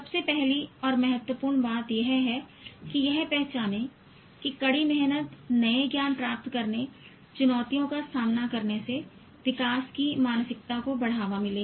सबसे पहली और महत्वपूर्ण बात यह है कि यह पहचानें कि कड़ी मेहनत नए ज्ञान प्राप्त करने चुनौतियों का सामना करने से विकास की मानसिकता को बढ़ावा मिलेगा